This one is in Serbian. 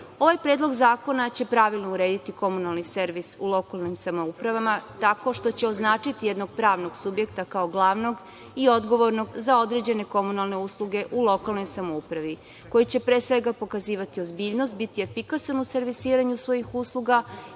predlog zakona će pravilno urediti komunalni servis u lokalnim samoupravama, tako što će označiti jednog pravnog subjekta, kao glavnog i odgovornog za određene komunalne usluge u lokalnoj samoupravi koji će pokazivati ozbiljnost, biti efikasan u servisiranju svojih usluga